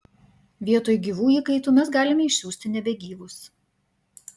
vietoj gyvų įkaitų mes galime išsiųsti nebegyvus